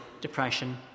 depression